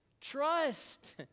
Trust